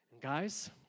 Guys